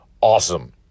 awesome